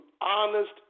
honest